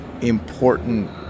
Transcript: important